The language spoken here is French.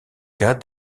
cas